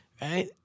right